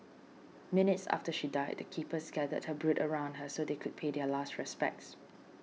minutes after she died the keepers gathered her brood around her so they could pay their last respects